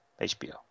HBO